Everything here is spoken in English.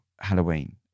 Halloween